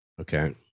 Okay